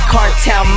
Cartel